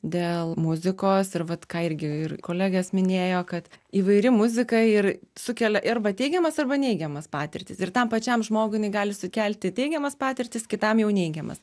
dėl muzikos ir vat ką irgi ir kolegės minėjo kad įvairi muzika ir sukelia arba teigiamas arba neigiamas patirtis ir tam pačiam žmogui jinai gali sukelti teigiamas patirtis kitam jau neigiamas